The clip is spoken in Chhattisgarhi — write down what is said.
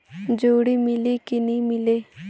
जोणी मीले कि नी मिले?